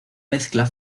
mezcla